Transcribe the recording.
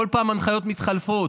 כל פעם הנחיות מתחלפות,